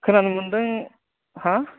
खोनानो मोन्दों हा